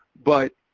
but,